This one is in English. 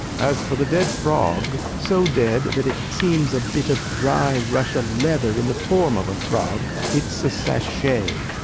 as for the dead frog so dead that it seems a bit of dry russia leather in the form of a frog it's a sachet,